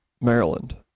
maryland